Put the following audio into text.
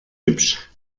hübsch